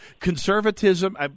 Conservatism